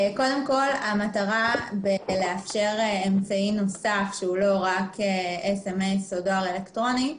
המטרה לאפשר אמצעי נוסף שהוא לא רק SMS או דואר אלקטרוני,